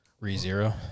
Re-Zero